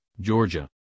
Georgia